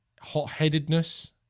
hot-headedness